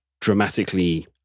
dramatically